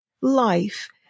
life